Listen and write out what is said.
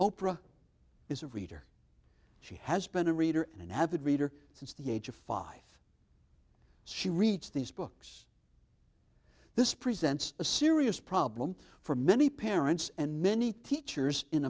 oprah is a reader she has been a reader an avid reader since the age of five she reached these books this presents a serious problem for many parents and many teachers in